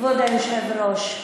כבוד היושב-ראש,